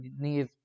need